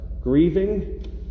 grieving